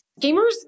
gamers